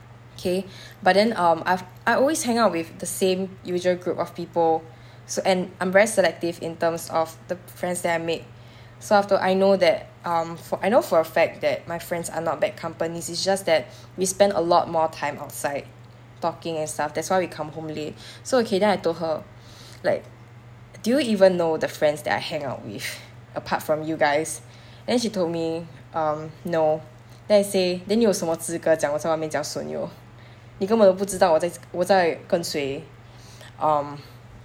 okay but then um I've I always hang out with the same usual group of people so and I'm very selective in terms of the f~ friends that I make so aft~ I know that um for I know for a fact that my friends are not bad companies is just that we spend a lot more time outside talking and stuff that's why we come home late so okay I told her like do you even know the friends that I hang out with apart from you guys then she told me um no then I say then 你有什么资格讲我在外面交损友你根本都不知道我在这我在跟谁 um